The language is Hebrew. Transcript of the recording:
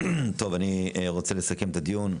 אני רוצה לסכם את הדיון.